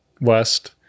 west